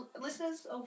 listeners